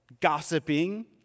gossiping